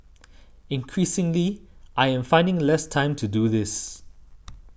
increasingly I am finding less time to do this